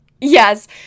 Yes